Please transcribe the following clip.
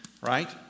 Right